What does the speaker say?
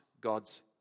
God's